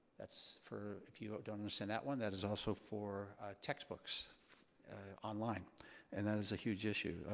that's, for if you don't understand that one, that is also for textbooks online and that is a huge issue,